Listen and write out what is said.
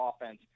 offense